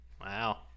Wow